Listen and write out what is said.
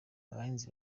abahinzi